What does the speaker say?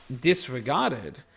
disregarded